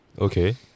Okay